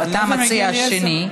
אתה מציע שני.